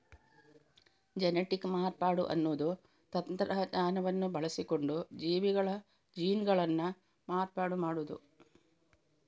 genetic ಮಾರ್ಪಾಡು ಅನ್ನುದು ತಂತ್ರಜ್ಞಾನವನ್ನ ಬಳಸಿಕೊಂಡು ಜೀವಿಗಳ ಜೀನ್ಗಳನ್ನ ಮಾರ್ಪಾಡು ಮಾಡುದು